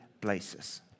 places